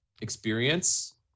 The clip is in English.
experience